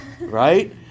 Right